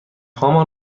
هامان